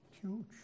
Huge